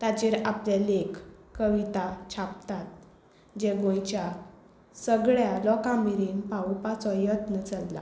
ताचेर आपले लेख कविता छापतात जें गोंयच्या सगळ्यां लोकां मेरेन पावोवपाचो यत्न चल्ला